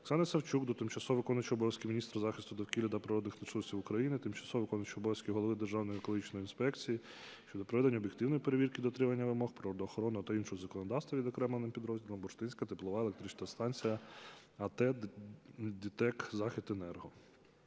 Оксани Савчук до тимчасово виконуючого обов’язки міністра захисту довкілля та природних ресурсів України, тимчасово виконуючого обов'язки Голови Державної екологічної інспекції щодо проведення об'єктивної перевірки дотримання вимог природоохоронного та іншого законодавства відокремленим підрозділом "Бурштинська теплова електрична станція АТ "ДТЕК Західенерго".